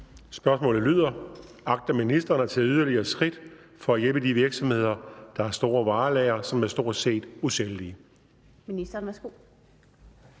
Lilleholt (V): Agter ministeren at tage yderligere skridt for at hjælpe de virksomheder, der har store varelagre, som stort set er usælgelige?